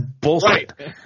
bullshit